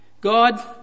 God